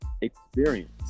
experience